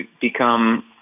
become